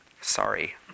sorry